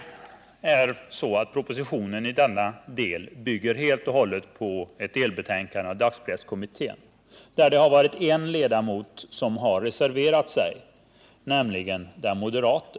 Propositionen i denna del bygger helt och hållet på ett delbetänkande av dagspresskommittén, där bara en ledamot har reserverat sig, nämligen den moderate.